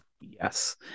Yes